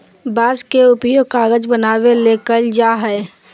बांस के उपयोग कागज बनावे ले कइल जाय हइ